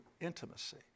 intimacy